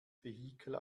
vehikel